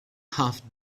half